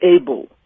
able